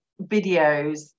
videos